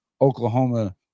Oklahoma